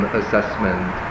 assessment